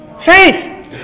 Faith